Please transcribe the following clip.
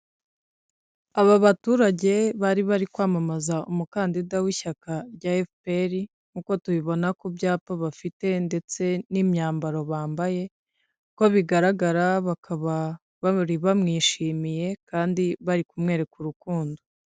Aba baturage bari bari kwamamaza umukandida w'ishyaka rya efuperi nkuko tubibona ku byapa bafite ndetse n'imyambaro bambaye ko bigaragara bakaba bari bamwishimiye kandi bari kumwereka urukundo.